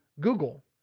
Google